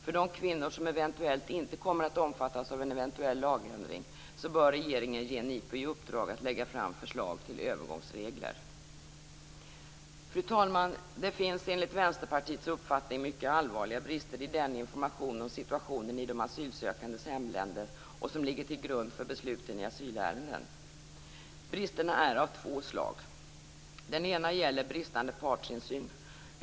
För de kvinnor som möjligen inte kommer att omfattas av en eventuell lagändring bör regeringen ge NIPU i uppdrag att lägga fram förslag till övergångsregler. Fru talman! Det finns enligt Vänsterpartiets uppfattning mycket allvarliga brister i den information om situationen i asylsökandenas hemländer som ligger till grund för besluten i asylärenden. Bristerna är av två slag. Först och främst är det en bristande partsinsyn.